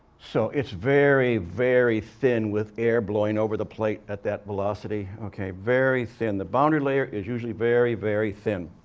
so, it's very, very thin with air blowing over the plate at that velocity, okay, very thin. the boundary layer is usually very, very thin.